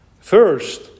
First